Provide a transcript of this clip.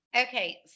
Okay